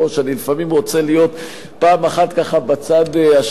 לפעמים אני רוצה להיות פעם אחת בצד השני,